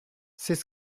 c’est